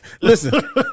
Listen